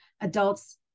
adults